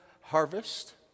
harvest